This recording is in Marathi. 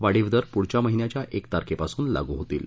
वाढीव दर पूढच्या महीन्याच्या एक तारखेपासून लागू होतील